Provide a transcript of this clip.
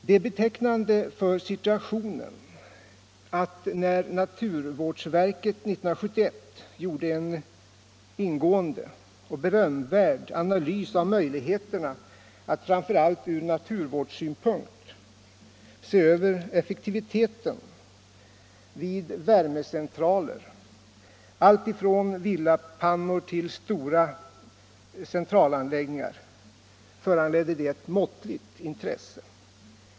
Det är betecknande för situationen att när naturvårdsverket 1971 gjorde en ingående och berömvärd analys av möjligheterna att framför allt ur naturvårdssynpunkt se över effektiviteten vid värmecentraler, alltifrån villapannor till stora centralanläggningar, föranledde det ett måttligt intresse.